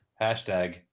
Hashtag